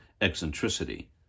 eccentricity